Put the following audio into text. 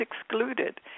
excluded